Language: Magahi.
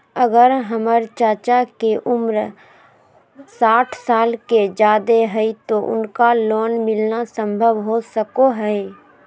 अगर हमर चाचा के उम्र साठ साल से जादे हइ तो उनका लोन मिलना संभव हो सको हइ?